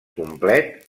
complet